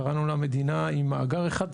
קראנו לה מדינה עם מאגר אחד,